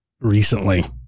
recently